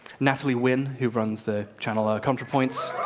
natalie wynn who runs the channel ah contrapoints,